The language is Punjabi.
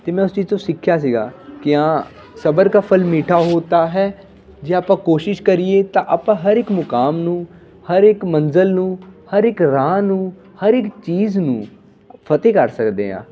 ਅਤੇ ਮੈਂ ਉਸ ਚੀਜ਼ ਤੋਂ ਸਿੱਖਿਆ ਸੀਗਾ ਕਿ ਹਾਂ ਸਬਰ ਕਾ ਫਲ ਮੀਠਾ ਹੋਤਾ ਹੈ ਜੇ ਆਪਾਂ ਕੋਸ਼ਿਸ਼ ਕਰੀਏ ਤਾਂ ਆਪਾਂ ਹਰ ਇੱਕ ਮੁਕਾਮ ਨੂੰ ਹਰ ਇੱਕ ਮੰਜ਼ਿਲ ਨੂੰ ਹਰ ਇੱਕ ਰਾਹ ਨੂੰ ਹਰ ਇੱਕ ਚੀਜ਼ ਨੂੰ ਫਤਿਹ ਕਰ ਸਕਦੇ ਹਾਂ